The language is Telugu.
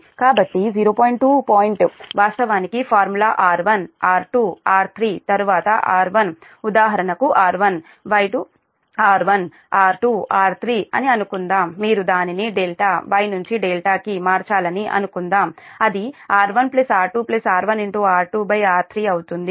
2 పాయింట్ వాస్తవానికి ఫార్ములా R1 R2 R3 తర్వాత R1 ఉదాహరణకు R1 Y R1 R2 R3 అని అనుకుందాం మీరు దానిని ∆ Y నుంచి ∆కి మార్చాలని అనుకుందాం అది R1 R2 R1R2R3అవుతుంది